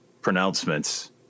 pronouncements